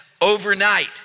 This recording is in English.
overnight